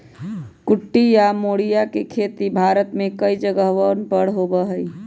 कुटकी या मोरिया के खेती भारत में कई जगहवन पर होबा हई